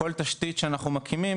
וכל תשתית שאנחנו מקימים,